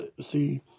see